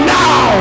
now